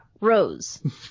rose